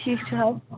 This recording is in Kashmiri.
ٹھیٖک چھُ حظ